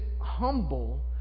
humble